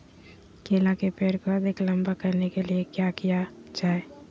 केला के पेड़ को अधिक लंबा करने के लिए किया किया जाए?